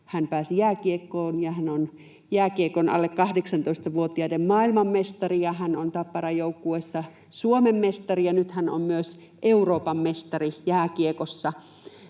hän pääsi jääkiekkoon, ja hän on jääkiekon alle 18-vuotiaiden maailmanmestari ja hän on Tapparan joukkueessa Suomen mestari ja nyt hän on myös Euroopan mestari jääkiekossa.